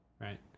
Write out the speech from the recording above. right